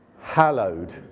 hallowed